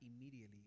immediately